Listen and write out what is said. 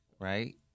right